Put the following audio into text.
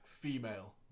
female